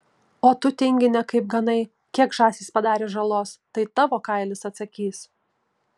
o tu tingine kaip ganai kiek žąsys padarė žalos tai tavo kailis atsakys